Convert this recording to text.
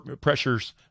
pressures